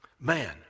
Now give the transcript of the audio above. Man